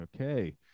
okay